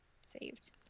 saved